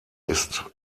ist